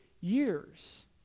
years